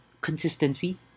consistency